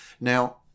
Now